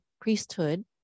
priesthood